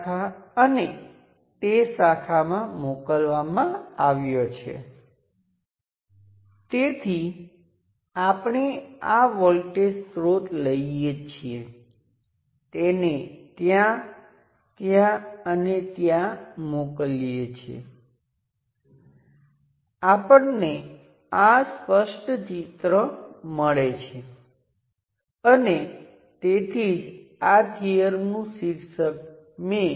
તમને બે terminal Vth મૂલ્યનો વોલ્ટેજ સ્ત્રોત અને Rth રેઝિસ્ટન્સ તથા એક અને એક પ્રાઇમ વચ્ચે Vth અને Rth શ્રેણી સંયોજન દ્વારા આપવામાં આવશે આને થેવેનિન N સમકક્ષ તરીકે ઓળખવામાં આવે છે તેથી તે થેવેનિન થિયર્મ છે